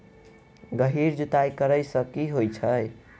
गहिर जुताई करैय सँ की होइ छै?